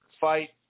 fight